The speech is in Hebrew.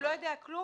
הוא לא יודע כלום.